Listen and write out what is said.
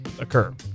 occur